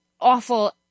awful